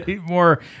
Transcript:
More